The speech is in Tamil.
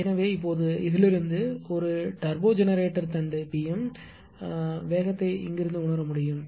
எனவே இப்போது இதிலிருந்து இது ஒரு டர்போ ஜெனரேட்டர் தண்டு இது P m ஆனால் வேகத்தை இங்கிருந்து உணர முடியும்